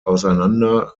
auseinander